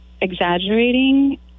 exaggerating